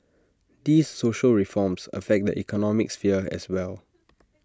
these social reforms affect the economic sphere as well